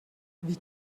wie